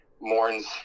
mourns